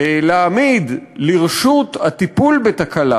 להעמיד לרשות הטיפול בתקלה